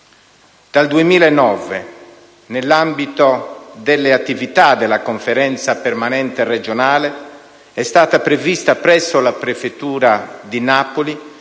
Dal 2009, nell'ambito delle attività della Conferenza permanente regionale, è stata prevista presso la prefettura di Napoli